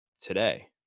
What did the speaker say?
today